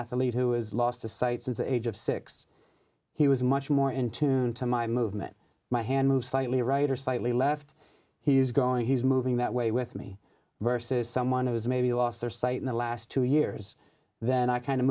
athlete who was lost to sight since the age of six he was much more in tune to my movement my hand move slightly right or slightly left he's going he's moving that way with me versus someone who's maybe lost their sight in the last two years then i kind of